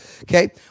okay